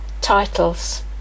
titles